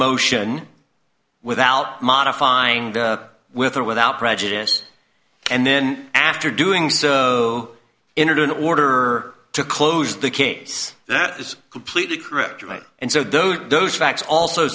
motion without modifying the with or without prejudice and then after doing so in order in order to close the case that is completely correct right and so those those facts also